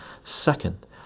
Second